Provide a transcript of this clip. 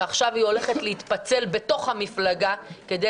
ועכשיו היא הולכת להתפצל בתוך המפלגה כדי